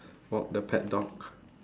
walk the pet dog